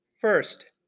First